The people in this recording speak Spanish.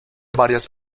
varias